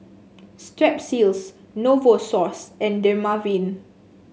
Strepsils Novosource and Dermaveen